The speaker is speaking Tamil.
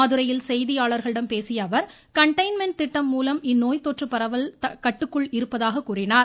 மதுரையில் செய்தியாளர்களிடம் பேசிய அவர் கண்டெய்ன்மென்ட் திட்டம் மூலம் இந்நோய் தொற்று பரவல் கட்டுக்குள் இருப்பதாக கூறினார்